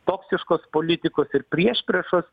toksiškos politikos ir priešpriešos